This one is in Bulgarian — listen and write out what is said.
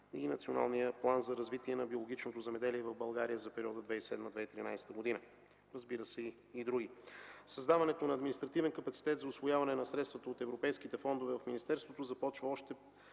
Националния план за развитие на биологичното земеделие в България за периода 2007-2013 г., разбира се и други. Създаването на административен капацитет за усвояване на средствата от европейските фондове в министерството започва още